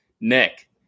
Nick